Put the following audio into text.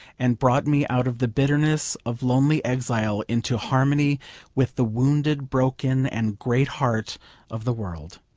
and brought me out of the bitterness of lonely exile into harmony with the wounded, broken, and great heart of the world.